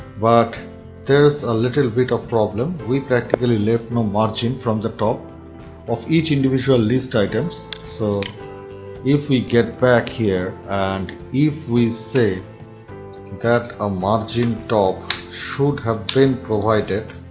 but there's a little bit of problem. we practically left no margin from the top of each individual list items. so if we get back here and if we say that a margin-top should have been provided